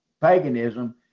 paganism